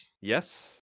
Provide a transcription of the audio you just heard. Yes